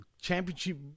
Championship